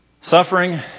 Suffering